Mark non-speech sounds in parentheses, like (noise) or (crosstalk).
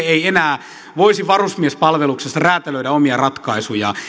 (unintelligible) ei enää voisi varusmiespalveluksessa räätälöidä omia ratkaisuja